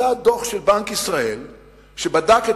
מזל שיצא דוח של בנק ישראל שבדק את